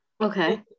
Okay